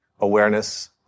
awareness